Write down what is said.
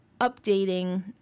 updating